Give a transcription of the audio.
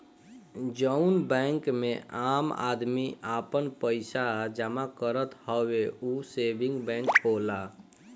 जउन बैंक मे आम आदमी आपन पइसा जमा करत हवे ऊ सेविंग बैंक होला